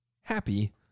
Happy